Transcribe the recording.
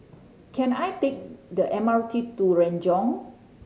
can I take the M R T to Renjong